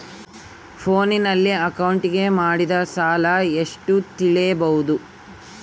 ಫೋನಿನಲ್ಲಿ ಅಕೌಂಟಿಗೆ ಮಾಡಿದ ಸಾಲ ಎಷ್ಟು ತಿಳೇಬೋದ?